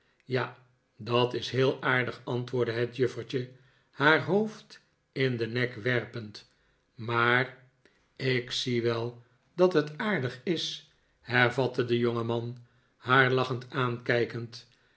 ja dat is heel aardig antwoordde het juffertje haar hoofd in den nek werpend maar ik zie wel dat het aardig is hervatte de jongeman haar lachend aankijkend